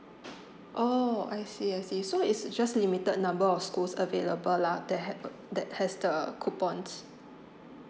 oh I see I see so it's just limited number of schools available lah that have uh that has the coupons